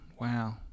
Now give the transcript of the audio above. Wow